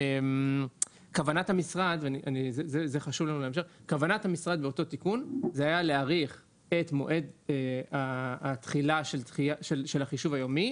כוונת המשרד באותו תיקון הייתה להאריך את מועד התחילה של החישוב היומי